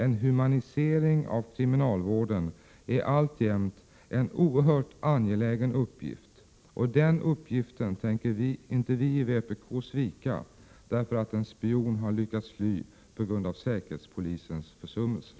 En humanisering av kriminalvården är alltjämt en oerhört angelägen uppgift, och den uppgiften tänker vi i vpk inte svika därför att en spion har lyckats fly på grund av säkerhetspolisens försummelser.